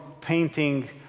painting